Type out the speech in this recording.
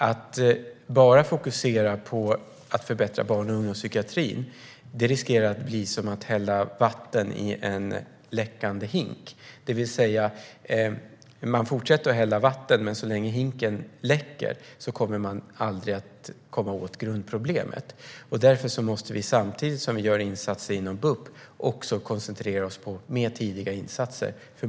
Att bara fokusera på att förbättra barn och ungdomspsykiatrin riskerar att bli som att hälla vatten i en läckande hink - man fortsätter att hälla vatten, men så länge hinken läcker kommer man aldrig åt grundproblemet. Därför måste vi samtidigt som vi gör insatser inom BUP också koncentrera oss mer på tidiga insatser.